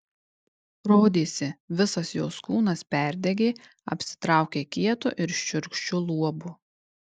rodėsi visas jos kūnas perdegė apsitraukė kietu ir šiurkščiu luobu